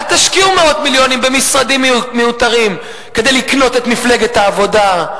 אל תשקיעו מאות מיליונים במשרדים מיותרים כדי לקנות את מפלגת העבודה,